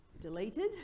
deleted